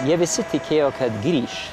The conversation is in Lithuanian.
jie visi tikėjo kad grįš